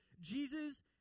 Jesus